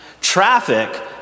Traffic